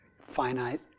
finite